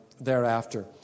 thereafter